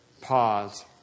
Pause